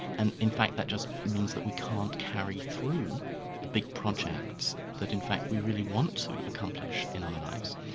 and in fact that just means that we can't carry through the big projects that in fact we really want to accomplish in our lives.